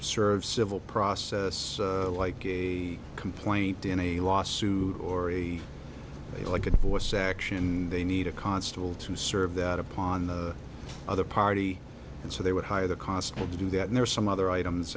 serve civil process like a complaint in a lawsuit or a like a divorce action they need a constable to serve that upon the other party and so they would hire the cost to do that and there are some other items